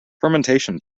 fermentation